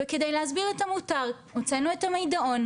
וכדי להסביר את המותר, הוצאנו את ה'מידעון',